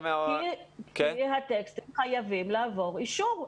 מה- -- כי כותבי הטקסטים חייבים לעבור אישור.